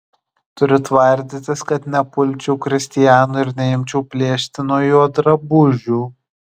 turiu tvardytis kad nepulčiau kristiano ir neimčiau plėšti nuo jo drabužių